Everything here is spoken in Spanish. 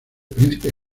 príncipe